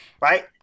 right